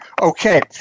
Okay